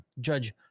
Judge